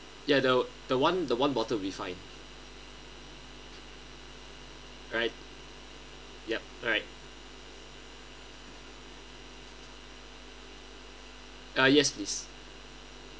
ya the the one the one bottle be fine alright yup alright uh yes please